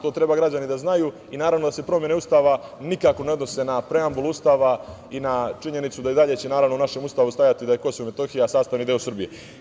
To treba građani da znaju i, naravno, da se promene Ustava nikako ne odnose na preambulu Ustava i na činjenicu da će i dalje u našem Ustavu stajati da je Kosovo i Metohija sastavni deo Srbije.